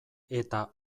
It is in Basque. eta